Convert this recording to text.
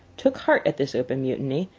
took heart at this open mutiny,